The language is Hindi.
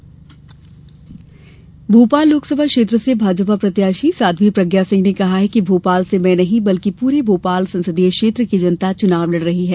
प्रज्ञा बयान भोपाल लोकसभा क्षेत्र से भाजपा प्रत्याशी साध्वी प्रज्ञा सिंह ने कहा है कि भोपाल से मै नहीं बल्कि प्रे भोपाल संसदीय क्षेत्र की जनता चुनाव लड़ रही है